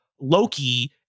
Loki